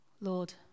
Lord